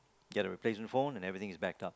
get a replacement phone and everything is backed up